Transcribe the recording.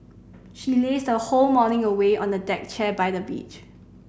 she lazed her whole morning away on a deck chair by the beach